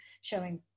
showing